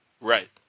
Right